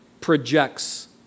projects